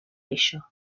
ello